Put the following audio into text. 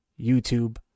YouTube